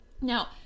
Now